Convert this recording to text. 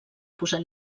posar